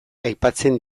aipatzen